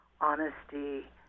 honesty